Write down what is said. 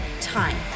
time